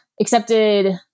accepted